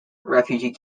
refugee